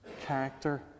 character